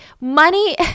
money